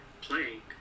playing